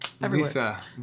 Lisa